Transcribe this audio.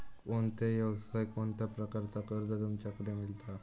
कोणत्या यवसाय कोणत्या प्रकारचा कर्ज तुमच्याकडे मेलता?